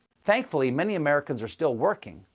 thankfully, many americans are still working,